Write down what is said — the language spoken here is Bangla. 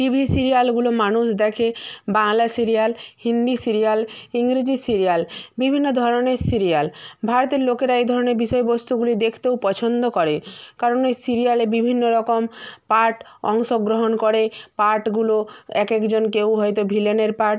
টিভি সিরিয়ালগুলো মানুষ দেখে বাংলা সিরিয়াল হিন্দি সিরিয়াল ইংরেজি সিরিয়াল বিভিন্ন ধরনের সিরিয়াল ভারতের লোকেরা এই ধরনের বিষয়বস্তুগুলি দেখতেও পছন্দ করে কারণ ওই সিরিয়ালে বিভিন্ন রকম পার্ট অংশগ্রহণ করে পার্টগুলো এক একজন কেউ হয়তো ভিলেনের পার্ট